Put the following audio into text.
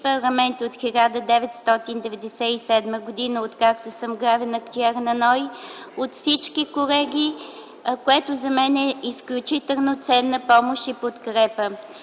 парламенти от 1997 г., откакто съм главен актюер на НОИ, от всички колеги, което за мен е изключително ценна помощ и подкрепа.